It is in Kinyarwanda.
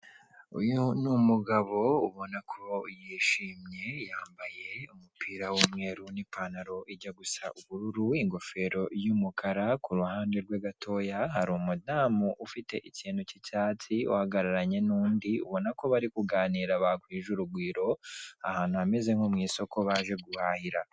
Uyu ni umugabo ubona ko yishimye yambaye umupira w'umweru n'ipantaro ijya gusa ubururu, ingofero y'umukara kuruhande rwe gatoya hari umudamu ufite ikintu cy'icyatsi uhagararanye nundi ubona ko bari kuganira bahuje urugwiro ahantu hameze nko mu isoko baje guhahira.